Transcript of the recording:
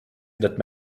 that